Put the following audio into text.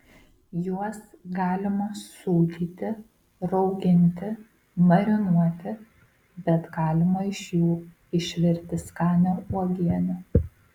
juos galima sūdyti rauginti marinuoti bet galima iš jų išvirti skanią uogienę